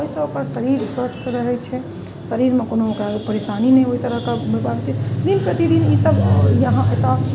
ओहिसँ ओकर शरीर स्वस्थ रहै छै शरीरमे कोनो ओकरा परेशानी नहि ओहि तरह आबै छै नित प्रतिदिन ईसब यहाँ एतऽ